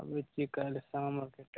आबै छी काल्हि शामके